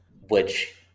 which-